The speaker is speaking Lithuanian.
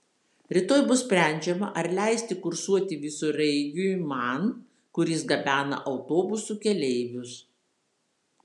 rytoj bus sprendžiama ar leisti kursuoti visureigiui man kuris gabena autobusų keleivius